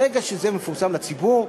ברגע שזה מתפרסם לציבור,